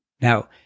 Now